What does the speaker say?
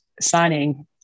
signing